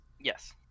Yes